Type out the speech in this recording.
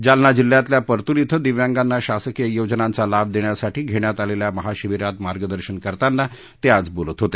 जालना जिल्ह्यातल्या परतूर शिं दिव्यांगांना शासकीय योजनांचा लाभ देण्यासाठी घेण्यात आलेल्या महाशिबिरात मार्गदर्शन करताना ते आज बोलत होते